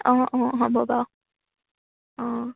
অঁ অঁ হ'ব বাৰু অঁ